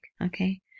Okay